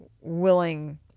willing